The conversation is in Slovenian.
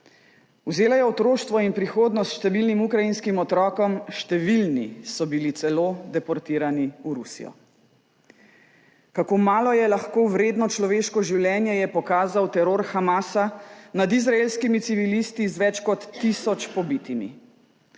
Vzela je otroštvo in prihodnost številnim ukrajinskim otrokom, številni so bili celo deportirani v Rusijo. Kako malo je lahko vredno človeško življenje, je pokazal teror Hamasa nad izraelskimi civilisti z več kot tisoč pobitimi.